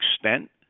extent